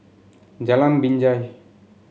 Jalan Binjai